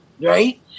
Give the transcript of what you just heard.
right